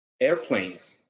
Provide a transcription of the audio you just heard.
airplanes